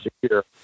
secure